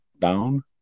down